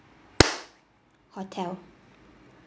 hotel